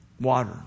water